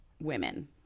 women